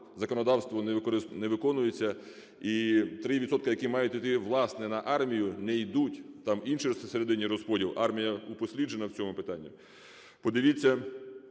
законодавство не виконується і 3%, які мають іти, власне, на армію, не йдуть, там інший всередині розподіл – армія упосліджена в цьому питанні. Подивіться,